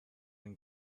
and